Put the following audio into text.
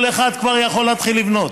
כל אחד כבר יכול להתחיל לבנות.